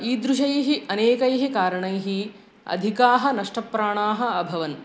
ईदृशैः अनेकैः कारणैः अधिकाः नष्टप्राणाः अभवन्